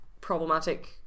problematic